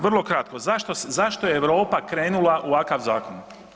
Vrlo kratko, zašto je Europa krenula u ovakav zakon?